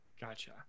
gotcha